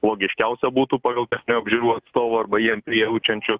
logiškiausia būtų pagal techninių apžiūrų atstovų arba jiem prijaučiančių